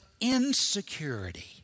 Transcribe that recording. insecurity